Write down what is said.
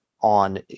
on